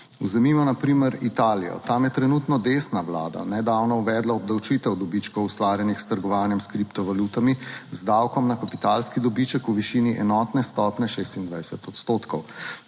Vzemimo na primer Italijo, tam je trenutno desna vlada nedavno uvedla obdavčitev dobičkov, ustvarjenih s trgovanjem s kriptovalutami, z davkom na kapitalski dobiček v višini enotne stopnje 26 odstotkov.